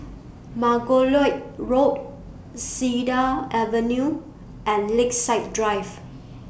Margoliouth Road Cedar Avenue and Lakeside Drive